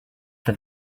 have